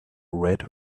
red